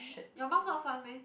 your mouth not 酸 meh